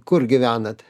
kur gyvenat